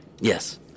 Yes